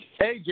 Hey